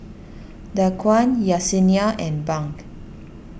Daquan Yessenia and Bunk